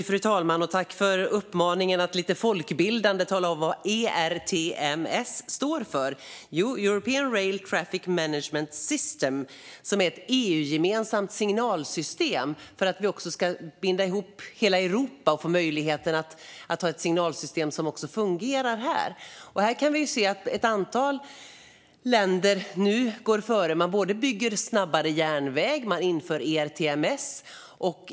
Fru talman! Jag tackar för uppmaningen att bedriva lite folkbildning och tala om vad ERTMS står för. Det står för European Rail Traffic Management System. Det är ett EU-gemensamt signalsystem för att vi ska binda ihop hela Europa och få möjligheten att ha ett signalsystem som också fungerar här. Vi kan se att ett antal länder nu går före. Man både bygger snabbare järnväg och inför ERTMS.